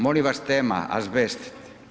Molim vas tema azbest.